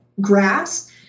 grass